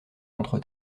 contre